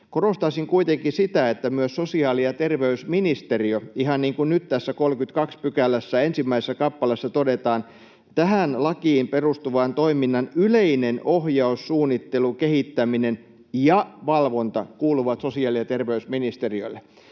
korostaisin kuitenkin sitä, että myös sosiaali- ja terveysministeriö, ihan niin kuin nyt tässä 32 §:n ensimmäisessä kappaleessa todetaan: ”Tähän lakiin perustuvan toiminnan yleinen ohjaus, suunnittelu, kehittäminen ja valvonta kuuluvat sosiaali- ja terveysministeriölle.”